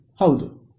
ವಿದ್ಯಾರ್ಥಿ ಹೌದು